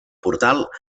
portal